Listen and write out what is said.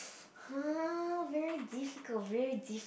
uh very difficult very difficult